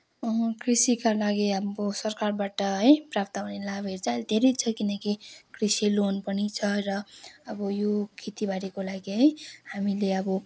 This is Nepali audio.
कृषिका लागि अब सरकारबाट है प्राप्त हुने लाभहरू चाहिँ धेरै छ किनकि कृषि लोन पनि छ अब यो खेती बारीको लागि है हामीले अब